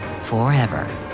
forever